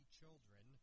children